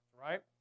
right